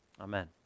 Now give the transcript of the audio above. Amen